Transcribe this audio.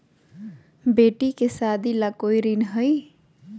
बेटी के सादी ला कोई ऋण हई?